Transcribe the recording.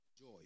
Joy